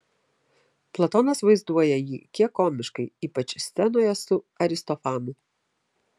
platonas vaizduoja jį kiek komiškai ypač scenoje su aristofanu